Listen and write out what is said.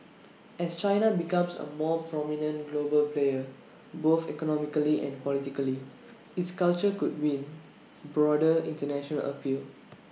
as China becomes A more prominent global player both economically and politically its culture could win broader International appeal